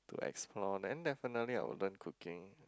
to explore then definitely I'll learn cooking